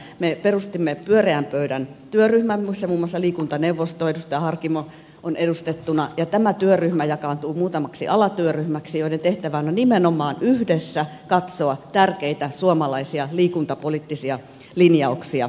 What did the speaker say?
me perustimme pyöreän pöydän työryhmän missä muun muassa liikuntaneuvosto edustaja harkimo on edustettuna ja tämä työryhmä jakaantuu muutamaksi alatyöryhmäksi joiden tehtävänä on nimenomaan yhdessä katsoa tärkeitä suomalaisia liikuntapoliittisia linjauksia jatkossa